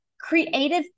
creative